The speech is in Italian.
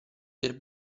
per